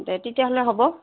দে তেতিয়াহ'লে হ'ব